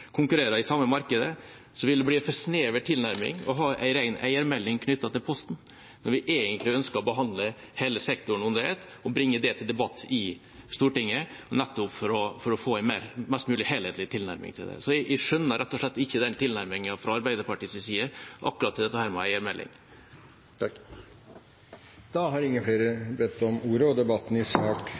konkurrerer i samme markedet. Det ville blitt en for snever tilnærming å ha en ren eiermelding knyttet til Posten, når vi egentlig ønsker å behandle hele sektoren under ett og bringe det til debatt i Stortinget, nettopp for å få en mest mulig helhetlig tilnærming. Jeg skjønner rett og slett ikke den tilnærmingen fra Arbeiderpartiets side til akkurat det med eiermelding. Flere har ikke bedt om ordet til sak 4. Etter ønske fra transport- og